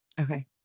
okay